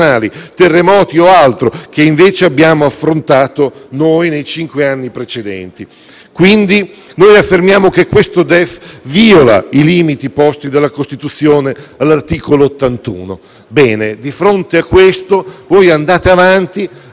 terremoti o altro, che invece abbiamo affrontato noi nei cinque anni precedenti. Noi affermiamo, quindi, che questo DEF viola i limiti posti dalla Costituzione all'articolo 81. Bene, di fronte a questo voi andate avanti,